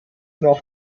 nach